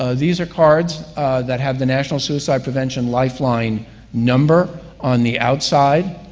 ah these are cards that have the national suicide prevention lifeline number on the outside,